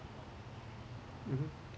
mmhmm